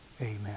Amen